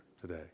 today